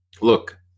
look